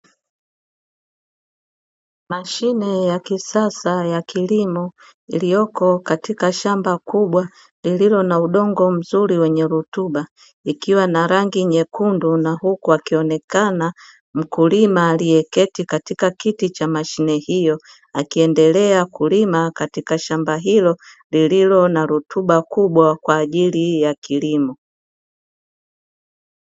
Mashine ya kisasa ya kilimo iliyoko katika shamba kubwa lililo na udongo mzuri wenye rutuba, ikiwa na rangi nyekundu, na huku akionekana mkulima aliyeketi katika kiti cha mashine hiyo, akiendelea kulima katika shamba hilo, lililo na rutuba kubwa kwa ajili ya kilimo.